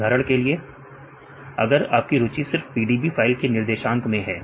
उदाहरण के रूप में अगर आपकी रुचि सिर्फ PDB फाइल के निर्देशांक में है